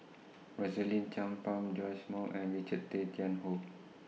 Rosaline Chan Pang Joash Moo and Richard Tay Tian Hoe